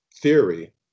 theory